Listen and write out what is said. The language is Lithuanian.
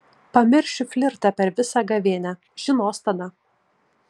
pamiršiu flirtą per visą gavėnią žinos tada